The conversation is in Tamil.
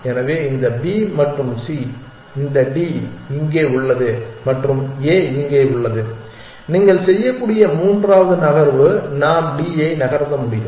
எனவே இந்த B மற்றும் C இந்த D இங்கே உள்ளது மற்றும் A இங்கே உள்ளது நீங்கள் செய்யக்கூடிய மூன்றாவது நகர்வு நாம் D ஐ நகர்த்த முடியும்